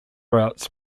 routes